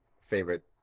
favorite